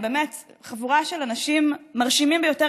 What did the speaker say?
חבורה של אנשים מרשימים ביותר,